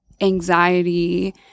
anxiety